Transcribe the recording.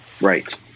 right